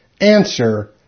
Answer